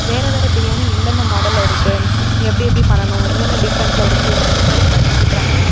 வேற வேற பிரியாணி எந்தந்த மாடலில் இருக்குது எப்படி வழி பண்ணணும் என்னென்ன டிஃப்ரெண்டில் இருக்குது அந்த மாதிரிலாம் கற்றுக்குறாங்க